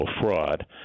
fraud